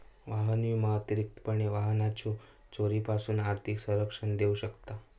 वाहन विमा अतिरिक्तपणे वाहनाच्यो चोरीपासून आर्थिक संरक्षण देऊ शकता